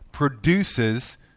produces